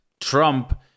trump